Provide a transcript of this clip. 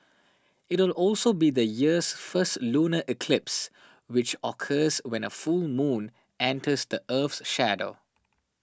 it will also be the year's first lunar eclipse which occurs when a full moon enters the Earth's shadow